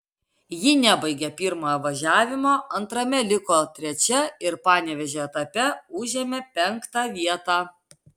ji nebaigė pirmojo važiavimo antrame liko trečia ir panevėžio etape užėmė penktą vietą